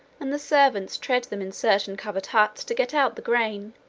and the servants tread them in certain covered huts to get out the grain,